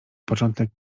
początek